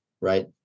right